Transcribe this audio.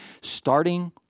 starting